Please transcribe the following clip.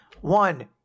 one